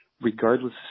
regardless